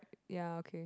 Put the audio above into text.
ya okay